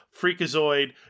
freakazoid